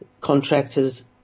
contractors